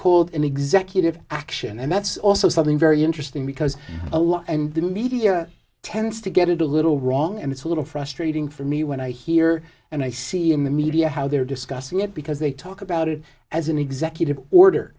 called an executive action and that's also something very interesting because a lot and the media tends to get a little wrong and it's a little frustrating for me when i hear and i see in the media how they're discussing it because they talk about it as an executive order